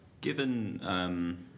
Given